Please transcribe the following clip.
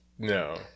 No